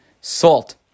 salt